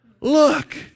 Look